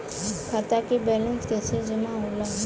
खाता के वैंलेस कइसे जमा होला?